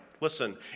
Listen